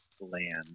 land